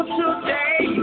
today